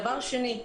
דבר שני,